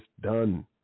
done